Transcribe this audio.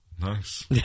nice